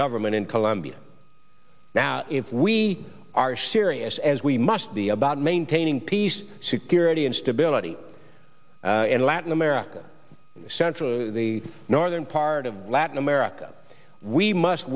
government in colombia now if we are serious as we must be about maintaining peace security and stability in latin america central the northern part of latin america we must